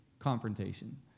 confrontation